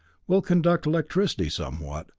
will conduct electricity somewhat,